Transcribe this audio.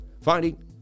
finding